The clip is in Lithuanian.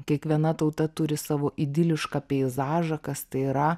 kiekviena tauta turi savo idilišką peizažą kas tai yra